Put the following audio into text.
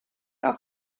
auf